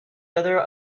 other